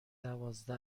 دوازده